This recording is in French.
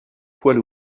poids